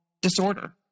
disorder